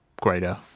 greater